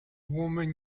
woman